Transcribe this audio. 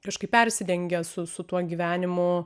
kažkaip persidengia su su tuo gyvenimu